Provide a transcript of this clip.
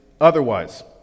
otherwise